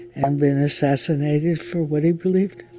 and been assassinated, for what he believed